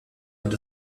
und